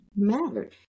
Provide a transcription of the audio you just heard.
mattered